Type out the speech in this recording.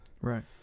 Right